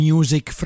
Music